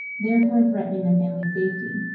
therefore threatening their family safety.